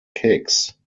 kicks